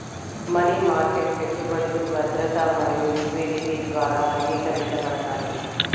money market పెట్టుబడులు భద్రత మరియు లిక్విడిటీ ద్వారా వర్గీకరించబడతాయి